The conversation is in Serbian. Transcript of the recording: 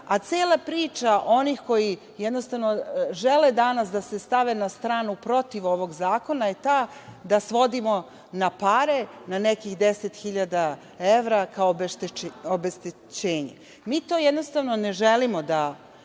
njih. Cela priča onih koji jednostavno žele danas da se stave na stranu protiv ovog zakona je ta da svodimo na pare, na nekih deset hiljada evra kao obeštećenje. Mi to jednostavno ne želimo da